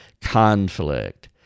conflict